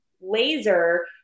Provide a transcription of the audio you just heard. laser